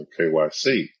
KYC